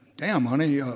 damn, honey,